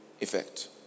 effect